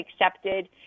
accepted